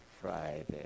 Friday